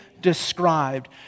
described